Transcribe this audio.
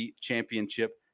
Championship